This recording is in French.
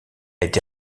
été